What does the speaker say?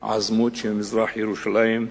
עזמוט שבמזרח-ירושלים.